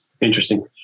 Interesting